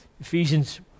Ephesians